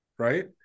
right